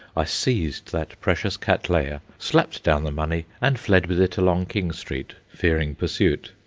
i seized that precious cattleya, slapped down the money, and fled with it along king street, fearing pursuit.